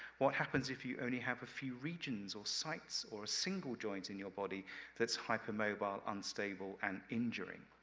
what happens if you only have a few regions, or sites, or a single joint in your body that's hypermobile, unstable, and injuring?